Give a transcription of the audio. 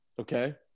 okay